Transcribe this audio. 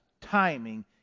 timing